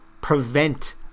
prevent